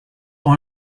are